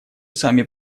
сами